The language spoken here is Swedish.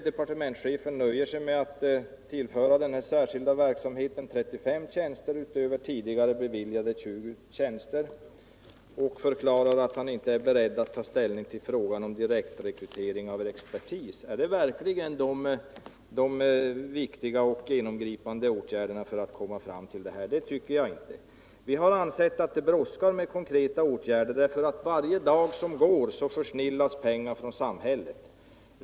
Departementschefen nöjer sig emellertid nu med att tillföra den särskilda verksamheten 35 tjänster utöver tidigare beviljade 20 tjänster och förklarar att han inte är beredd att nu ta ställning till frågan om direktrekrytering av expertis. Är detta verkligen de riktiga och genomgripande åtgärder som bör vidtas för att man skall komma fram till målet? Det tycker inte jag! Vi har ansett att konkreta åtgärder bör vidtas och att det brådskar, eftersom det för varje dag som går försnillas pengar från samhället.